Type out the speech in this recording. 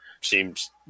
seems